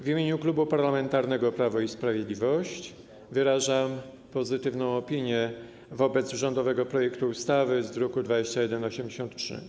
W imieniu Klubu Parlamentarnego Prawo i Sprawiedliwość wyrażam pozytywną opinię wobec rządowego projektu ustawy z druku nr 2183.